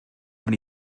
have